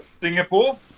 Singapore